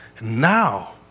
Now